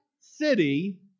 city